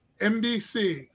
NBC